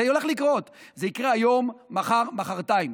זה הולך לקרות, זה יקרה היום, מחר, מוחרתיים,